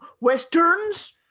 Westerns